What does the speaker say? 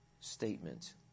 statement